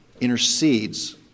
intercedes